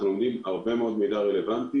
אנחנו לומדים הרבה מאוד מידע רלוונטי,